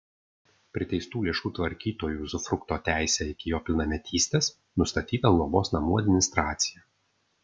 priteistų lėšų tvarkytoju uzufrukto teise iki jo pilnametystės nustatyta globos namų administracija